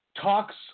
Talks